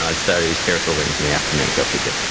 ah studies pterosaur wings in the afternoon. go figure.